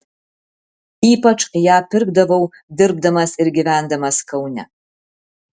ypač ją pirkdavau dirbdamas ir gyvendamas kaune